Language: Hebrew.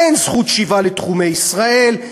אין זכות שיבה לתחומי ישראל,